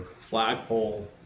flagpole